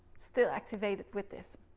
still activated with this.